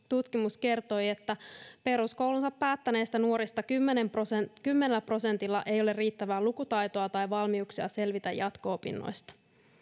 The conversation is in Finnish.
tutkimus kertoi että peruskoulunsa päättäneistä nuorista kymmenellä prosentilla ei ole riittävää lukutaitoa tai valmiuksia selvitä jatko opinnoista